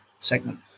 segment